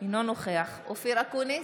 אינו נוכח אופיר אקוניס,